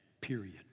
period